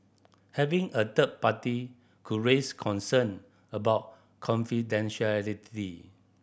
having a third party could raise concern about confidentiality